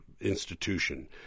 institution